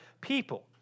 people